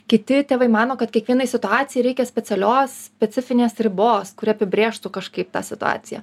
kiti tėvai mano kad kiekvienai situacijai reikia specialios specifinės ribos kuri apibrėžtų kažkaip tą situaciją